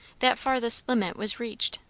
that farthest limit was reached,